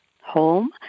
home